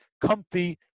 comfy